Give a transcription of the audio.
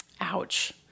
ouch